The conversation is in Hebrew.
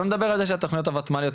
שלא נדבר על זה שהתוכניות הוותמ"ליות,